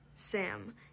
Sam